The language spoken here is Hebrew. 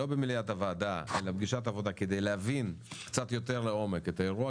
לא במליאת הוועדה אלא פגישת עבודה כדי להבין קצת יותר לעומק את האירוע